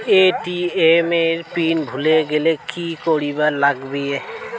ATM এর PIN ভুলি গেলে কি করিবার লাগবে?